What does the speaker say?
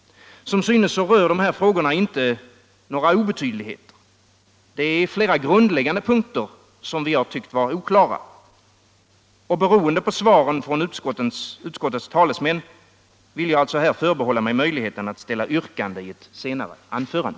Som synes rör dessa frågor inte några obetydligheter. Det är flera grundläggande punkter som vi tyckt vara oklara. Beroende på svaren från utskottets talesmän vill jag här förbehålla mig möjligheten att ställa yrkande i ett senare anförande.